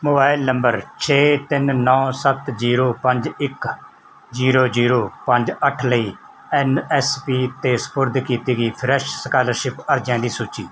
mobile number ਛੇ ਤਿੰਨ ਨੌਂ ਸੱਤ ਜੀਰੋ ਪੰਜ ਇੱਕ ਜੀਰੋ ਜੀਰੋ ਪੰਜ ਇੱਕ ਜੀਰੋ ਜੀਰੋ ਪੰਜ ਅੱਠ ਲਈ ਐਨ ਐਸ ਪੀ 'ਤੇ ਸਪੁਰਦ ਕੀਤੀ ਗਈ ਫਰੈਸ਼ ਸਕਾਲਰਸ਼ਿਪ ਅਰਜ਼ੀਆਂ ਦੀ ਸੂਚੀ